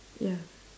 ya